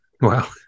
wow